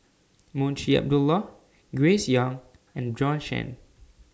Munshi Abdullah Grace Young and Bjorn Shen